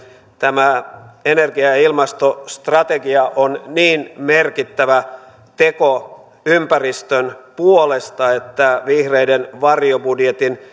tämä energia ja ja ilmastostrategia on niin merkittävä teko ympäristön puolesta että vihreiden varjobudjetin